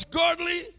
godly